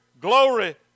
glory